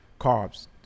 carbs